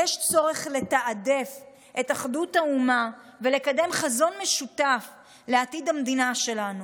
יש צורך לתעדף את אחדות האומה ולקדם חזון משותף לעתיד המדינה שלנו.